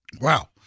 wow